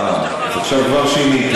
אה, עכשיו כבר שינית את זה.